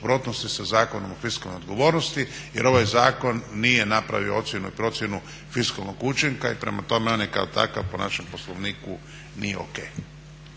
suprotnosti sa Zakonom o fiskalnoj odgovornosti jer ovaj zakon nije napravio ocjenu i procjenu fiskalnog učinka i prema tome on je kao takav po našem Poslovniku nije o.k.